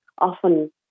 often